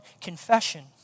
confession